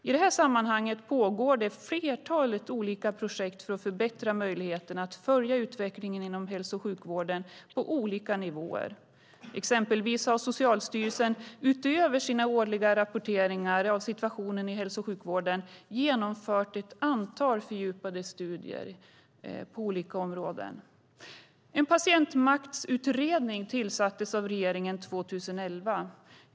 I detta sammanhang pågår det ett flertal olika projekt för att förbättra möjligheterna att följa utvecklingen inom hälso och sjukvården på olika nivåer. Exempelvis har Socialstyrelsen, utöver sina årliga rapporteringar av situationen i hälso och sjukvården, genomfört ett antal fördjupade studier på olika områden. En patientmaktsutredning tillsattes av regeringen 2011.